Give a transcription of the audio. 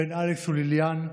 בן אלכס וליליאן,